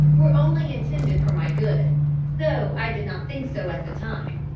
were only intended for my good though i did not think so at the time.